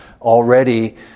already